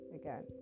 again